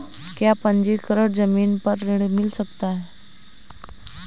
क्या पंजीकरण ज़मीन पर ऋण मिल सकता है?